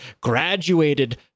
graduated